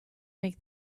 make